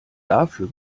dafür